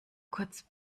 kurz